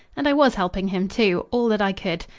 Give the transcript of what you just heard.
and i was helping him, too all that i could.